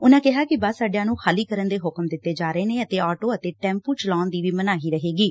ਉਨੂਾ ਕਿਹਾ ਕਿ ਬੱਸ ਅੱਡਿਆਂ ਨੂੰ ਖ਼ਾਲੀ ਕਰਨ ਦੇ ਹੁਕਮ ਦਿੱਤੇ ਜਾ ਰਹੇ ਨੇ ਅਤੇ ਆਟੋ ਅਤੇ ਟੈਂਪੂ ਚਲਾਉਣ ਦੀ ਵੀ ਮਨਾਹੀ ਰਹੇਗੀ